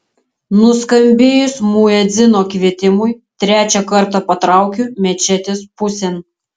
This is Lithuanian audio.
nuskambėjus muedzino kvietimui trečią kartą patraukiu mečetės pusėn